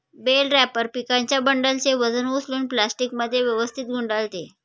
bell wrapper पिकांच्या बंडलचे वजन उचलून प्लास्टिकमध्ये व्यवस्थित गुंडाळते